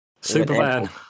Superman